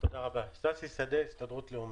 תודה רבה, ששי שדה, ההסתדרות הלאומית,